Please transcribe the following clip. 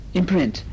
imprint